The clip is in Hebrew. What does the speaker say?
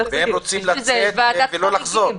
והם רוצים לצאת ולא לחזור,